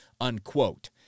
unquote